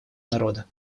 народа